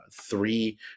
three